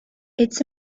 it’s